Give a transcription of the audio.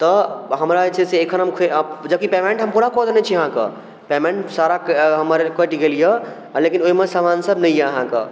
तऽ हमरा से छै से एखन हम से आब जबकि पेमेन्ट हम पूरा कऽ देने छियै अहाँके पेमेन्ट सारा हम्मर कटि गेल यऽ लेकिन ओइमे सामान सब नहि यऽ अहाँके